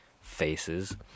faces